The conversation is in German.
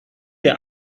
der